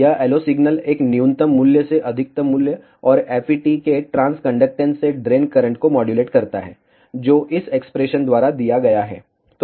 यह LO signal एक न्यूनतम मूल्य से अधिकतम मूल्य और FET के ट्रांसकंडक्टेन्स से ड्रेन करंट को मॉड्यूलेट करता है जो इस एक्सप्रेशन द्वारा दिया गया है